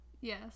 Yes